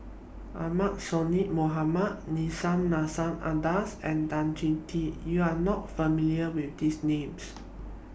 Ahmad Sonhadji Mohamad Nissim Nassim Adis and Tan Choh Tee YOU Are not familiar with These Names